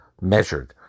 measured